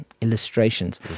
illustrations